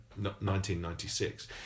1996